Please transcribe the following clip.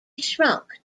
shrunk